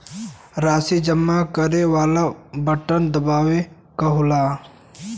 राशी जमा करे वाला बटन दबावे क होला